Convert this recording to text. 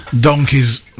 Donkeys